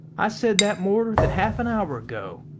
i said that more than half an hour ago.